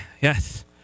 Yes